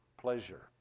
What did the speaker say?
pleasure